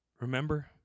Remember